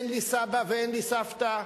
אין לי סבא ואין לי סבתא,